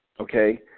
okay